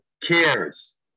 cares